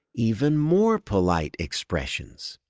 even more polite expressions.